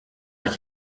like